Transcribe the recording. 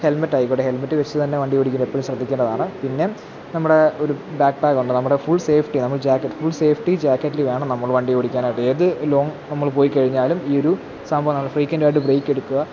ഹെൽമെറ്റായിക്കോട്ടെ helmet വച്ചുതന്നെ വണ്ടി ഓടിക്കുമ്പോള് എപ്പോഴും ശ്രദ്ധിക്കണ്ടതാണ് പിന്നെ നമ്മുടെ ഒരു ബാക്ക് പാക്കുണ്ട് നമ്മുടെ ഫുൾ സേഫ്റ്റി നമ്മളുടെ ജാക്കറ്റ് ഫുൾ സേഫ്റ്റി ജാക്കറ്റില് വേണം നമ്മൾ വണ്ടി ഓടിക്കാനായിട്ട് ഏത് ലോങ്ങ് നമ്മള് പോയിക്കഴിഞ്ഞാലും ഈയൊരു സംഭവങ്ങൾ ഫ്രീക്വന്റായിട്ട് ബ്രേക്കെടുക്കുക